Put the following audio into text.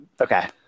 Okay